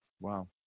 Wow